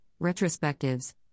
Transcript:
retrospectives